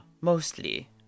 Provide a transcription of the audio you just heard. mostly